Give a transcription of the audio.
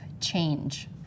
change